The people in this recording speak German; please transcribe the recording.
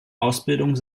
ausbildung